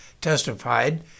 testified